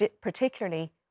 particularly